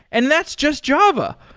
and that's just java.